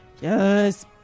Yes